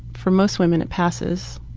for most women it passes.